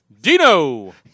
Dino